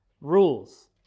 rules